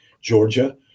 Georgia